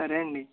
సరే అండి